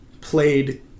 played